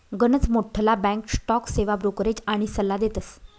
गनच मोठ्ठला bank stock सेवा ब्रोकरेज आनी सल्ला देतस